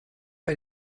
bei